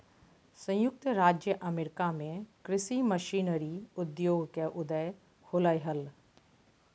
संयुक्त राज्य अमेरिका में कृषि मशीनरी उद्योग के उदय होलय हल